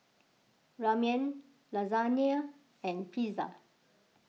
Ramen Lasagna and Pizza